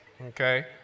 Okay